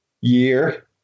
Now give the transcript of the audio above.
year